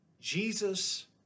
Jesus